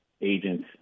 agents